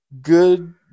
good